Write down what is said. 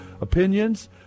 opinions